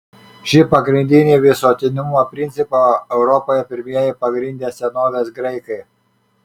šį pagrindinį visuotinumo principą europoje pirmieji pagrindė senovės graikai